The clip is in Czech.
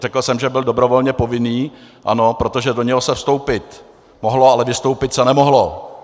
Řekl jsem, že byl dobrovolně povinný, ano, protože do něj se vstoupit mohlo, ale vystoupit se nemohlo.